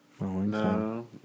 no